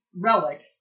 Relic